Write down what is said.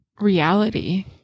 reality